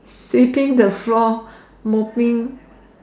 sweeping the floor mopping